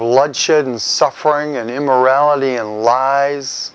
bloodshed and suffering and immorality and lies